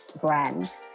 brand